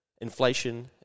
inflation